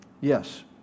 Yes